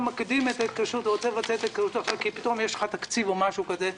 מקדים את ההתקשרות הזאת עכשיו כי פתאום יש לך תקציב או משהו כזה,